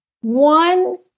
one